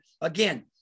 again